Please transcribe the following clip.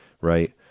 right